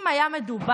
אם היה מדובר